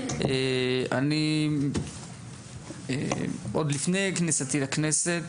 אני עוד לפני כניסתי לכנסת,